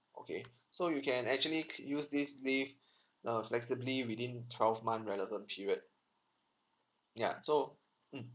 okay so you can actually cl~ use these leave uh flexibly within twelve month relevant period ya so mm